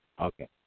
Okay